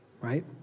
Right